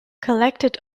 collected